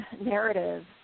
narrative